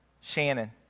Shannon